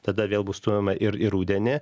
tada vėl bus stojama ir į rudenį